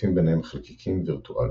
ומחליפים ביניהם חלקיקים וירטואליים,